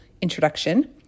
introduction